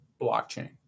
blockchain